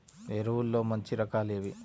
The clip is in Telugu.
ఎరువుల్లో మంచి రకాలు ఏవి?